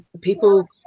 people